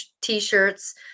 t-shirts